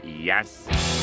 yes